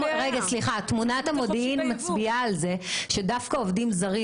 תמונת המודיעין מצביעה על זה שדווקא עובדים זרים